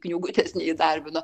knygutes įdarbino